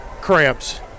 cramps